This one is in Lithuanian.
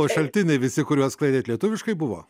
o šaltiniai visi kuriuos sklaidėt lietuviškai buvo